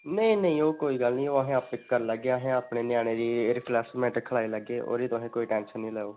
नेईं नेईं ओह् कोई गल्ल निं ऐ ओह् असें आपें करी लैगे अस अपने ञ्यानें गी खेढ़ाई लैगे ओह्दी तुस टेंशन निं लैओ